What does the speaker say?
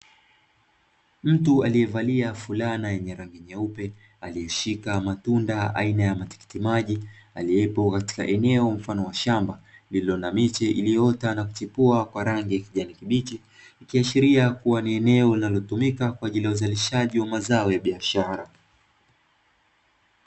Mtu aliyevalia fulana yenye rangi nyeupe aliyeshika matunda aina ya matikiti maji, aliyepo katika eneo mfano wa shamba lililo na miche iliyoota na kuchipua kwa rangi ya kijani kibichi. Ikiashiria kuwa ni eneo linalotumika kwa ajili ya uzalishaji wa mazao ya biashara.